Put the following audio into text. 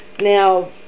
Now